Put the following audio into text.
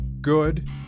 Good